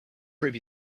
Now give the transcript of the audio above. prove